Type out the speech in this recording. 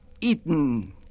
eaten